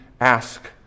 ask